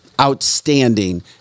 Outstanding